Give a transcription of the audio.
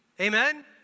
Amen